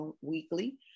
weekly